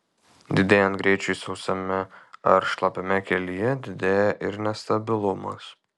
didėjant greičiui sausame ar šlapiame kelyje didėja ir nestabilumas